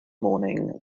morning